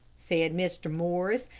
said mr. morris.